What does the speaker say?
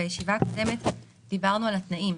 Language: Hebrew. בישיבה הקודמת דיברנו על התנאים,